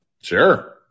Sure